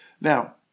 Now